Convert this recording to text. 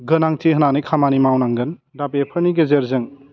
गोनांथि होनानै खामानि मावनांगोन दा बेफोरनि गेजेरजों